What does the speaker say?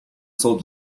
sold